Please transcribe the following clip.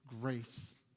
grace